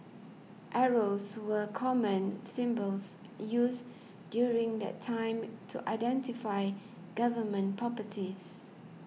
arrows were common symbols used during that time to identify Government properties